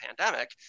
pandemic